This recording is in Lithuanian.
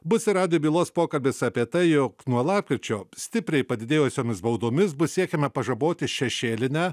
bus ir radijo bylos pokalbis apie tai jog nuo lapkričio stipriai padidėjusiomis baudomis bus siekiama pažaboti šešėlinę